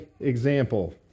example